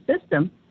system